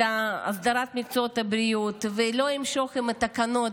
הסדרת מקצועות הבריאות ולא ימשוך את התקנות,